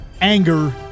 anger